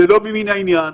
זה לא ממין העניין.